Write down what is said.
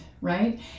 right